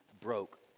broke